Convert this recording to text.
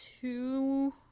two